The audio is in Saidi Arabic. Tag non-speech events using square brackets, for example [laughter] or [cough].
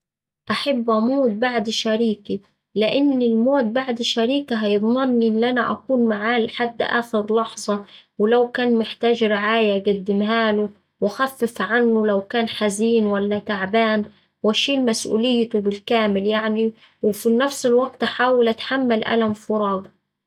أحب أموت بعد شريكي لإن الموت بعد شريكي هيضملني إن أنا أكون معاه لحد آخر لحظة ولو كان محتاج رعاية أقدمهاله وأخفف عنه لو كان حزين ولا تعبان وأشيل مسؤوليته بالكامل يعني وف [hesitation] وفي نفس الوقت أحاول أتحمل ألم فراقه.